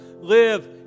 live